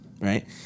right